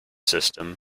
system